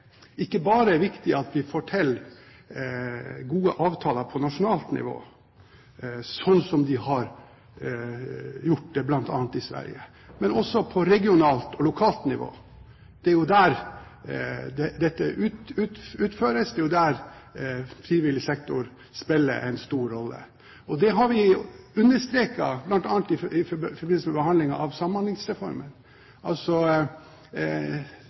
viktig at vi får til gode avtaler på nasjonalt nivå, slik som de har gjort det bl.a. i Sverige, men også på regionalt og lokalt nivå. Det er jo der dette utføres, det er jo der frivillig sektor spiller en stor rolle. Det har vi understreket bl.a. i forbindelse med behandlingen av Samhandlingsreformen – gjennomføringen av folkehelseperspektivet i Samhandlingsreformen